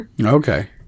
Okay